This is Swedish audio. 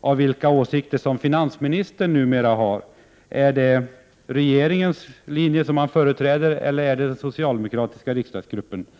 av vilka åsikter finansministern numera har. Är det regeringens linje han företräder, eller är det den socialdemokratiska riksdagsgruppens linje?